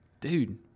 Dude